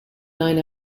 nine